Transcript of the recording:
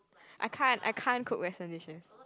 I can't I can't cook Western dishes